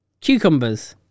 cucumbers